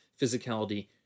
physicality